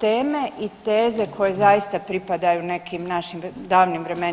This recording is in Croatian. teme i teze koje zaista pripadaju nekim našim davnim vremenima.